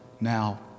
now